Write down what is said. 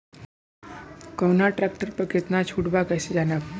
कवना ट्रेक्टर पर कितना छूट बा कैसे जानब?